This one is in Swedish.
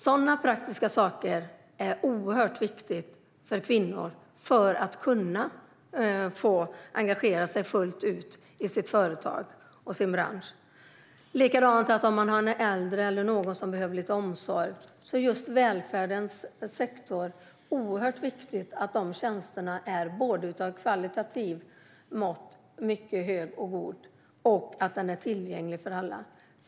Sådana praktiska saker är oerhört viktiga för kvinnor för att de fullt ut ska kunna engagera sig i sitt företag och sin bransch. På samma sätt är det om man har någon äldre eller en person som behöver lite omsorg. Då är det oerhört viktigt att de tjänster man får från välfärdssektorn är av mycket hög och god kvalitet, och att detta är tillgängligt för alla.